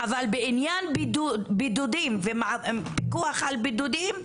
אבל בעניין בידודים ופיקוח על בידודים,